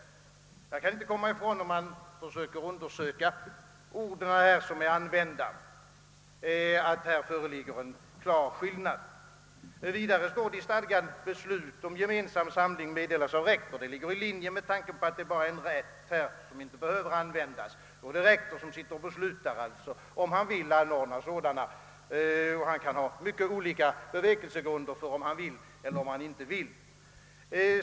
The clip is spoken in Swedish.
Om vi granskar de ord som sålunda används, kan jag inte komma ifrån att det föreligger en klar skillnad. Vidare står det i stadgan: »Beslut om gemensam samling meddelas av rektor». Detta ligger i linje med tanken att det bara är fråga om en rätt, som inte behöver utnyttjas. Rektor beslutar alltså om han vill anordna samlingar, och rektorer kan ha mycket skilda bevekelsegrunder för att vilja eller inte vilja.